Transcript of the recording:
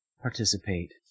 participate